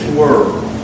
world